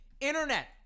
internet